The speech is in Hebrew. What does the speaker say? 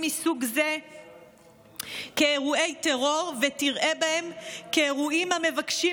מסוג זה כאירועי טרור ותראה בהם אירועים המבקשים